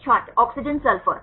छात्र oxygen sulphur